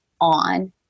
on